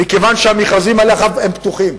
מכיוון שהמכרזים האלה פתוחים,